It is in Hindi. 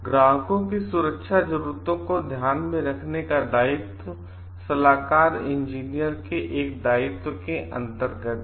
ग्राहकों की सुरक्षा जरूरतों का ध्यान रखने का दायित्व सलाहकार इंजीनियर के एक दायित्व के अंतर्गत हैं